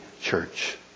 church